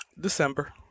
December